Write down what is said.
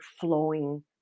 flowing